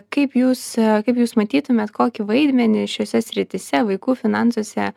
kaip jūs kaip jūs matytumėt kokį vaidmenį šiose srityse vaikų finansuose